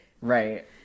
Right